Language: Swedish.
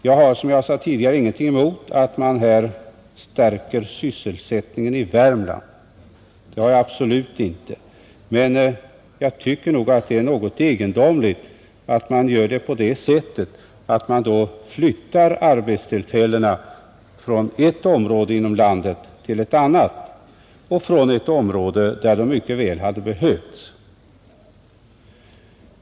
Jag har, som jag sade tidigare, ingenting emot att man stärker sysselsättningen i Värmland — absolut inte — men jag tycker att det är litet egendomligt att man gör det genom att flytta arbetstillfällena från ett område inom landet där de mycket väl hade behövts till ett annat.